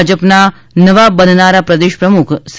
ભાજપના નવા બનનારા પ્રદેશ પ્રમુખ શ્રી સી